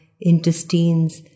intestines